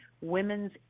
women's